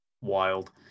wild